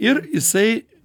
ir jisai